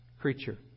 creature